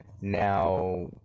now